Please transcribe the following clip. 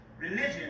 religion